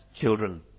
children